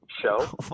show